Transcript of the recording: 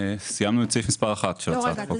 סיימנו את סעיף מספר 1 של הצעת החוק.